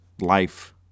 life